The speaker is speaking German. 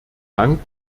dank